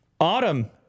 Autumn